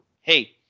hey